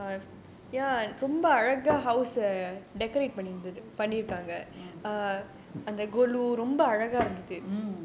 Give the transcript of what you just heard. mm mm